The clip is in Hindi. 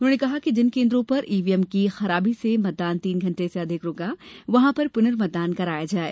उन्होंने कहा कि जिन केन्द्रों पर ईवीएम की खराबी से मतदान तीन घण्टे से अधिक रुका रहा वहां पर पुनर्मतदान कराया जाये